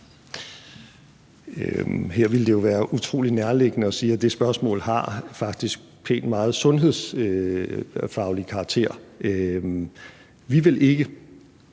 Her ville det jo være utrolig nærliggende at sige, at det spørgsmål faktisk har pænt meget sundhedsfaglig karakter. Vi vil ikke